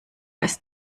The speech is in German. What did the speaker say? ist